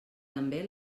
també